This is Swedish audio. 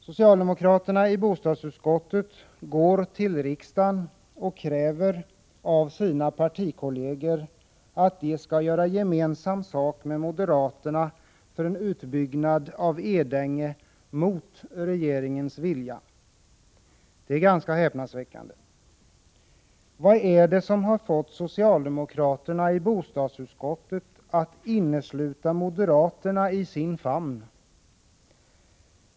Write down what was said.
Socialdemokraterna i bostadsutskottet går till riksdagen och kräver av sina partikolleger att de skall göra gemensam sak med moderaterna för en utbyggnad av Edänge mot regeringens vilja. Det är ganska häpnadsväckande. Vad är det som har fått socialdemokraterna i bostadsutskottet att innesluta moderaterna i sin famn?